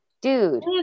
dude